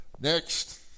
Next